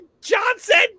Johnson